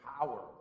power